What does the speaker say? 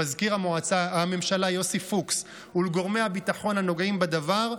למזכיר הממשלה יוסי פוקס ולגורמי הביטחון הנוגעים בדבר,